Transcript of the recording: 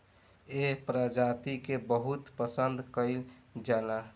एह प्रजाति के बहुत पसंद कईल जाला